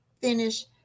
finish